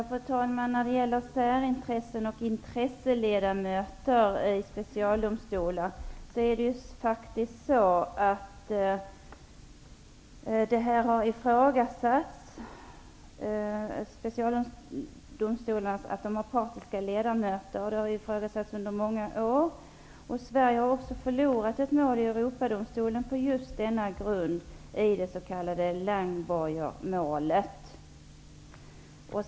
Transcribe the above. Fru talman! När det gäller särintressen och intresseledamöter i specialdomstolar är det faktiskt så att det i många år har ifrågasatts att specialdomstolar har partiska ledamöter. Sverige har också förlorat ett mål i Europadomstolen på just denna grund i det s.k. Langborgermålet.